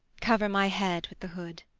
cover my head with the hood.